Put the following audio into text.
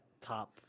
top